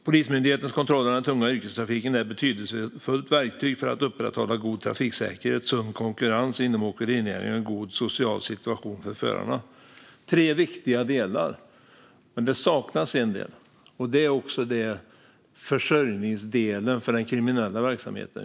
"Polismyndighetens kontroller av den tunga trafiken är ett betydelsefullt verktyg för att upprätthålla god trafiksäkerhet, sund konkurrens inom åkerinäringen och en god social situation för förarna." Det är tre viktiga delar, men det saknas en del. Det är också det som är försörjningsdelen för den kriminella verksamheten.